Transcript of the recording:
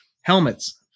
helmets